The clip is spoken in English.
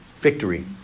victory